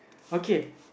okay